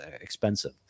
expensive